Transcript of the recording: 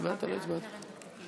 לא הצבעת.